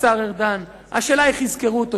השר ארדן, השאלה איך יזכרו אותו.